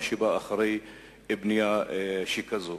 מה בא אחרי בנייה שכזאת.